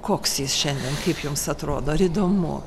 koks jis šiandien kaip jums atrodo ar įdomu